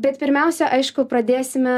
bet pirmiausia aišku pradėsime